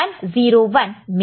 तो हमें 0101 मिलेगा